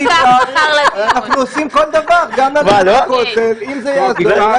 אנחנו עושים כל דבר, גם ללכת לכותל, אם זה יעזור.